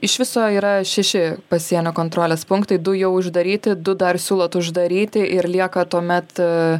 iš viso yra šeši pasienio kontrolės punktai du jau uždaryti du dar siūlot uždaryti ir lieka tuomet